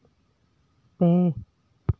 ᱯᱮ